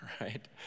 right